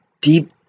deep